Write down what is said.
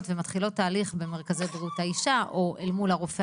ומתחילות תהליך במרכזי שריאות האישה או אל מול הרופא